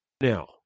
Now